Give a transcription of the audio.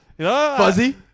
Fuzzy